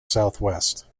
southwest